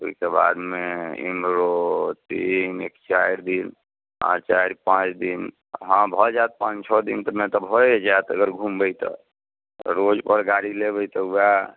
ओहिके बादमे इम्हरो तीन एक चारि दिन हँ चारि पाँच दिन हँ भऽ जायत पाँच छओ दिनमे तऽ भए जायत अगर घूमबै तऽ रोज पर गाड़ी लेबै तऽ ओएह